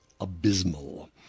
abysmal